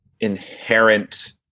inherent